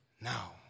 now